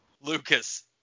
Lucas